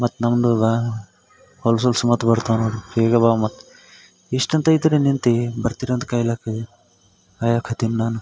ಮತ್ತೆ ನನ್ನದು ಹೊಲ್ಸು ಹೊಲ್ಸು ಮಾತು ಬರ್ತಾವ ನೋಡ್ರಿ ಬೇಗ ಬಾ ಮತ್ತು ಎಷ್ಟಂತ ಐತ್ರಿ ನಿಂತಿ ಬರ್ತಿರ ಅಂತ ಕಾಯ್ಲಾಕ ಕಾಯಕತ್ತೀನಿ ನಾನು